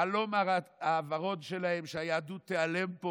החלום הוורוד שלהם שהיהדות תיעלם פה